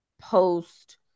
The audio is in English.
post